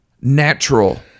natural